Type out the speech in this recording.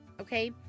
Okay